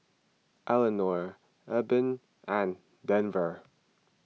Elinore Eben and Denver